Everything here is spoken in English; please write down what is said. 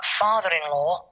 father-in-law